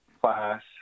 class